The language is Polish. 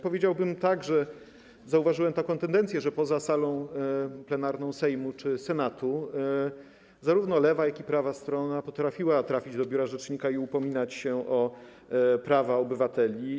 Powiedziałbym, że zauważyłem taką tendencję, że poza salą plenarną Sejmu czy Senatu zarówno lewa, jak i prawa strona potrafiła trafić do biura rzecznika i upominać się o prawa obywateli.